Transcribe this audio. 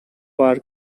per